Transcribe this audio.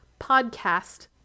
podcast